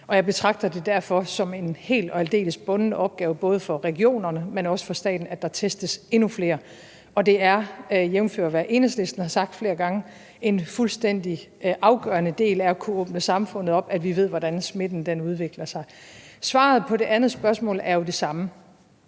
jeg betragter det derfor som en helt og aldeles bunden opgave både for regionerne, men også for staten, at der testes endnu flere, og det er, jævnfør hvad Enhedslisten har sagt flere gange, en fuldstændig afgørende del af at kunne åbne samfundet op, at vi ved, hvordan smitten udvikler sig. Svaret på det andet spørgsmål er jo det samme.